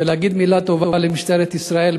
ולהגיד מילה טובה למשטרת ישראל,